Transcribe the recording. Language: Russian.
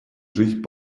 жизнь